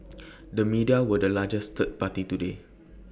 the media were the largest third party today